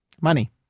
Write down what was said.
Money